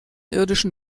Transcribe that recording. irdischen